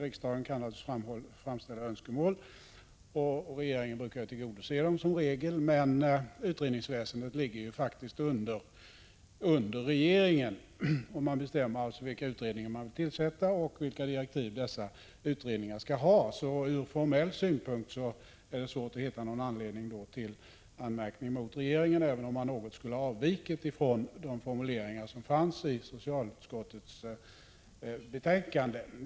Riksdagen kan naturligtvis framställa önskemål, och regeringen brukar som regel tillgodose dem, men utredningsväsendet ligger faktiskt under regeringen, som alltså bestämmer vilka utredningar som skall tillsättas och vilka direktiv dessa utredningar skall ha. Ur formell synpunkt är det då svårt att hitta någon anledning till anmärkning mot regeringen, även om den skulle ha avvikit från de formuleringar som fanns i socialutskottets betänkande.